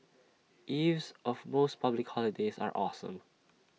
eves of most public holidays are awesome